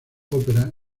opera